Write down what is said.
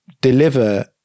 deliver